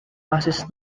passes